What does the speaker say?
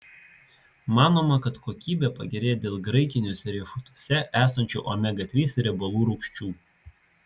manoma kad kokybė pagerėja dėl graikiniuose riešutuose esančių omega trys riebalų rūgščių